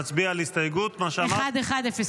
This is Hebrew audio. נצביע על הסתייגות --- 1107.